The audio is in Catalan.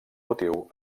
motiu